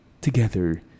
together